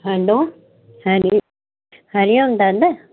hello Hari Hariom Dada